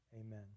Amen